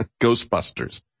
Ghostbusters